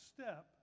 step